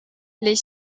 les